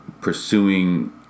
pursuing